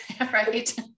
Right